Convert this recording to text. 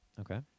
Okay